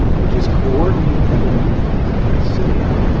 which is coordinated by the movement of their cilia.